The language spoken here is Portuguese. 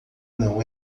não